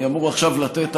אני אמור עכשיו לתת,